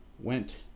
went